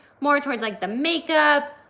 more towards like the makeup,